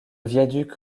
viaduc